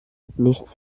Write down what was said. nichts